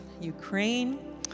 Ukraine